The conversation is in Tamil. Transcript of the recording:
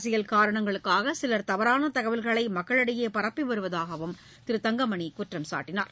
அரசியல் காரணங்களுக்காக சிலர் தவறான தகவல்களை மக்களிடையே பரப்பி வருவதாகவும் திரு தங்கமணி குற்றம்சாட்டினார்